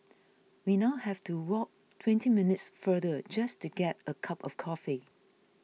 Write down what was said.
we now have to walk twenty minutes further just to get a cup of coffee